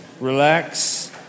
relax